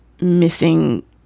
missing